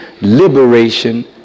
liberation